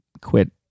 quit